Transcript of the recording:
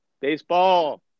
Baseball